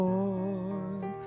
Lord